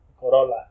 Corolla